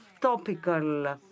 topical